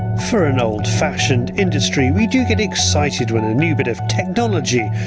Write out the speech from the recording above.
for an old fashioned industry we do get excited when a new bit of technology,